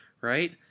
right